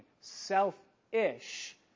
self-ish